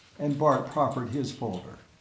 and bart proffered his folder.